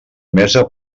emesa